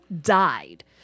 died